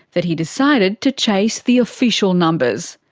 that he decided to chase the official numbers.